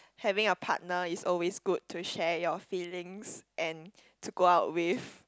having a partner is always good to share your feelings and to go out with